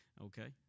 Okay